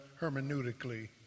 hermeneutically